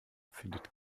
findet